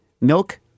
Milk